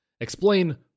explain